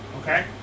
okay